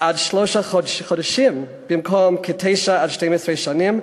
עד שלושה חודשים במקום 9 12 שנים.